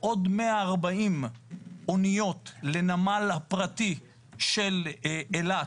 עוד 140 אוניות לנמל הפרטי של אילת,